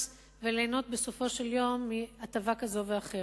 וליהנות בסופו של דבר מהטבה כזו או אחרת,